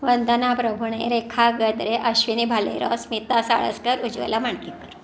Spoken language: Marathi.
वंदना प्रभुणे रेखा गद्रे अश्विनी भालेराव स्मिता साळसकर उज्वला मांडलेकर